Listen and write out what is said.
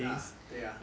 ah 对 ah